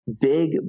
Big